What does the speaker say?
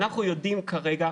אנחנו יודעים כרגע,